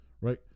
right